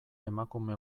emakume